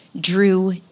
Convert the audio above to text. drew